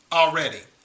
already